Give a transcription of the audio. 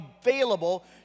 available